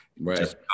right